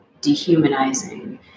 dehumanizing